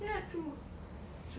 then we were like